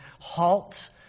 halt